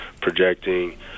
projecting